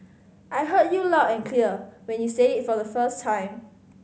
I heard you loud and clear when you said it for the first time